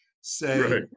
say